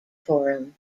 forum